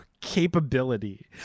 capability